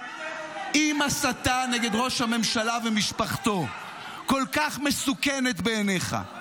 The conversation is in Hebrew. --- אם הסתה נגד ראש הממשלה ומשפחתו כל כך מסוכנת בעיניך,